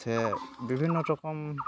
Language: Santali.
ᱥᱮ ᱵᱤᱵᱷᱤᱱᱱᱚ ᱨᱚᱠᱚᱢ